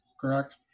correct